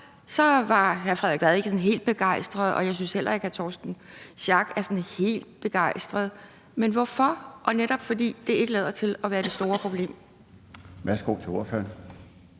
var hr. Frederik Vad ikke helt begejstret, og jeg synes heller ikke, at hr. Torsten Schack Pedersen er sådan helt begejstret. Men hvorfor? Det lader jo ikke til at være det store problem.